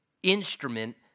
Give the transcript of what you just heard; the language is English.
instrument